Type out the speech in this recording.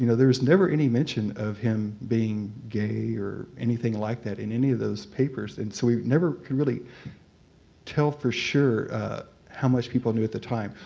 you know there's never any mention of him being gay or anything like that in any of those papers. and so we've never could really tell for sure how much people knew at the time.